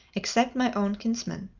except my own kinsman.